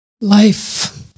life